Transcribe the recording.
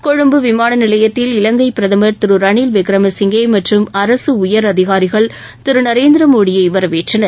கொழும்பு விமானநிலையத்தில் இலங்கை பிரதமர் திரு ரணில் விக்ரம சிங்கே மற்றும் அரசு உயர் அதிகாரிகள் திரு நரேந்திர மோடியை வரவேற்றனர்